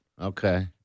Okay